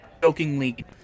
jokingly